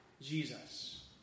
Jesus